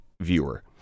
viewer